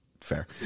Fair